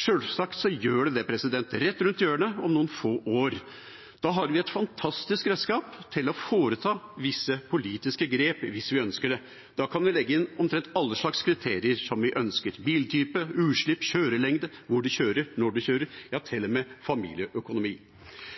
Sjølsagt gjør det det, rett rundt hjørnet, om noen få år. Da har vi et fantastisk redskap til å foreta visse politiske grep, hvis vi ønsker det. Da kan vi legge inn omtrent alle kriterier som vi ønsker: biltype, utslipp, kjørelengde, hvor du kjører, når du kjører, ja, til og med familieøkonomi.